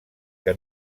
que